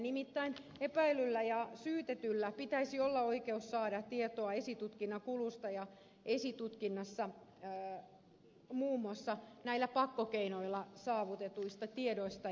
nimittäin epäillyllä ja syytetyllä pitäisi olla oikeus saada tietoa esitutkinnan kulusta ja esitutkinnassa muun muassa näillä pakkokeinoilla saavutetuista tiedoista